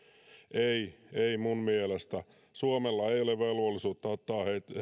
ei ei mun mielestä suomella ei ole velvollisuutta ottaa